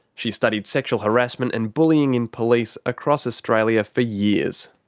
she's studied sexual harassment and bullying in police across australia for years.